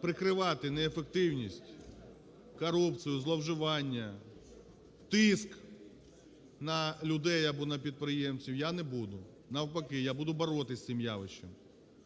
Прикривати неефективність, корупцію, зловживання, тиск на людей або на підприємців я не буду, навпаки, я буду боротися з цим явищем.